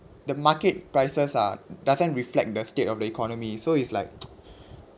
the market prices are doesn't reflect the state of the economy so it's like